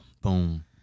Boom